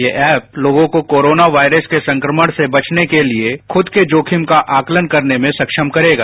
यह ऐप लोगों को कोरोना वायरस के संक्रमण से बचने के लिए खुद के जोखिम का आकलन करने में सक्षम करेगा